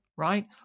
right